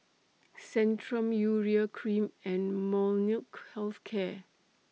Centrum Urea Cream and Molnylcke Health Care